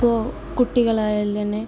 ഇപ്പോൾ കുട്ടികളയാൽ തന്നെ